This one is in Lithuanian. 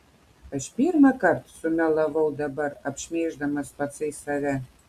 aš pirmąkart sumelavau dabar apšmeiždamas patsai save